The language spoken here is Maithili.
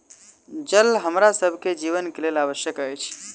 जल हमरा सभ के जीवन के लेल आवश्यक अछि